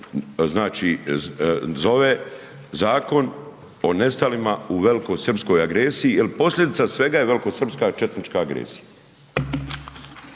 zakon zove Zakon o nestalima u velikosrpskoj agresiji jer posljedica svega je velikosrpska četnička agresija.